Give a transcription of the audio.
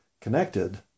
connected